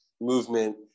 movement